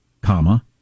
comma